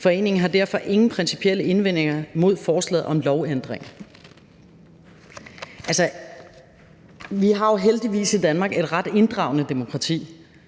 Foreningen har derfor ingen principielle indvendinger mod forslaget om lovændringen.« Altså, vi har jo heldigvis i Danmark et ret inddragende demokrati